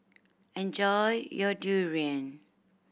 enjoy your durian